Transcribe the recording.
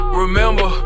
remember